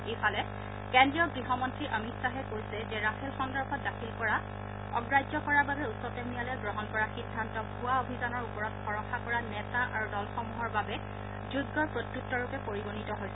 ইফালে কেন্দ্ৰীয় গৃহমন্ত্ৰী অমিত শ্বাহে কৈছে যে ৰাফেল সন্দৰ্ভত দাখিল কৰা আবেদন অগ্ৰাহ্য কৰাৰ বাবে উচ্চতম ন্যায়ালয়ে গ্ৰহণ কৰা সিদ্ধান্ত ভূৱা অভিযানৰ ওপৰত ভৰষা কৰা নেতা আৰু দলসমূহৰ বাবে যোগ্য প্ৰত্যুত্তৰ ৰূপে পৰিগণিত হৈছে